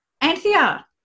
Anthea